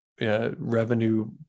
revenue